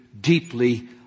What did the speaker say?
deeply